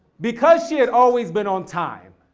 because she had always been on time,